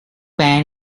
bad